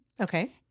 Okay